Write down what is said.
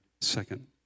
second